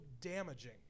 damaging